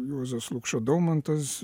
juozas lukša daumantas